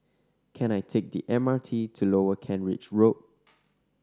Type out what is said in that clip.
can I take the M R T to Lower Kent Ridge Road